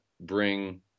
bring